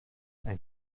ein